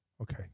Okay